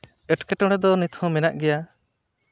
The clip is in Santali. ᱮᱸᱴᱠᱮᱴᱚᱬᱮ ᱫᱚ ᱱᱤᱛᱦᱚᱸ ᱢᱮᱱᱟᱜ ᱜᱮᱭᱟ